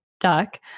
duck